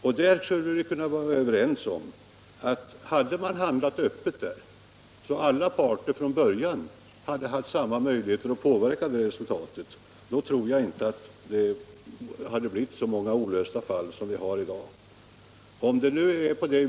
Vi borde kunna vara överens om att det inte skulle ha uppstått så många olösta problem som vi har i dag om man hade handlat öppet, så att alla parter från början haft samma möjligheter att påverka resultatet.